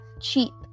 cheap